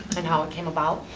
and how it came about.